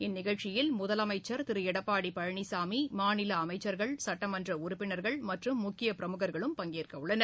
இந்நிகழ்ச்சியில் முதலமைச்சர் திரு எடப்பாடி பழனிசாமி மாநில அமைச்சர்கள் சட்டமன்ற உறுப்பினர்கள் மற்றும் முக்கியப் பிரமுகர்களும் பங்கேற்கவுள்ளனர்